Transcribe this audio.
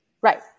Right